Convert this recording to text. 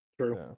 True